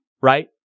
right